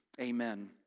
Amen